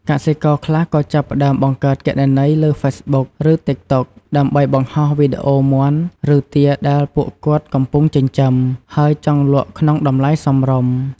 កសិករខ្លះក៏ចាប់ផ្ដើមបង្កើតគណនីលើហ្វេសប៊ុក (Facebook) ឬ ទីកតុក (TikTok) ដើម្បីបង្ហោះវីដេអូមាន់ ឬទាដែលពួកគាត់កំពុងចិញ្ចឹម ហើយចង់លក់ក្នុងតម្លៃសមរម្យ។